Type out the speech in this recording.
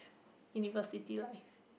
university life